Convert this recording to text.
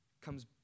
comes